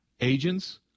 agents